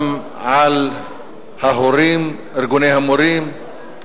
גם על ההורים, ארגוני המורים,